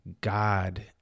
God